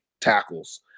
tackles